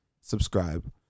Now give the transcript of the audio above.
subscribe